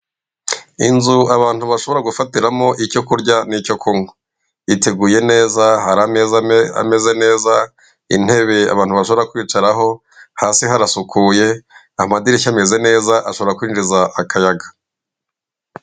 Inzu abantu bashobora gufatiramo icyo kurya n'icyo kunywa. Iteguye neza, hari ameza ameze neza, intebe abantu bashobora kwicaraho, hasi harasukuye, amadirishya ameze neza, ashobora kwinjiza akayaga.